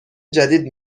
جدید